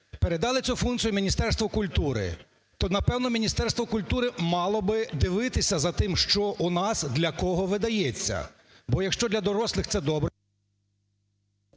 Передали цю функцію Міністерству культури. То, напевно, Міністерство культури мало би дивитися за тим, що у нас для кого видається, бо, якщо для дорослих, це добре…